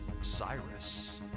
Cyrus